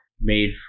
made